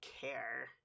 care